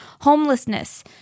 homelessness